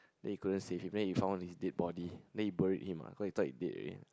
then he couldn't save him then he found his dead body then he buried him ah cause he thought he dead already